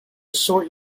sort